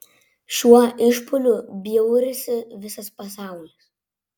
šiuo išpuoliu bjaurisi visas pasaulis